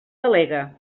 delegue